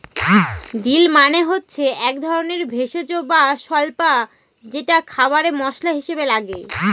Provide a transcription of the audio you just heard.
deal মানে হচ্ছে এক ধরনের ভেষজ বা স্বল্পা যেটা খাবারে মশলা হিসাবে লাগে